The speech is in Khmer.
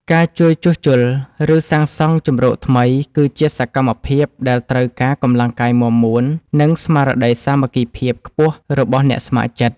ការជួយជួសជុល ឬសាងសង់ជម្រកថ្មី គឺជាសកម្មភាពដែលត្រូវការកម្លាំងកាយមាំមួន និងស្មារតីសាមគ្គីភាពខ្ពស់របស់អ្នកស្ម័គ្រចិត្ត។